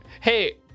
Hey